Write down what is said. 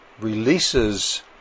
releases